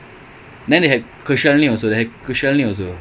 no அவன் ரொம்ப நல்லா ஆடுவான்:avan romba nallaa aaduvaan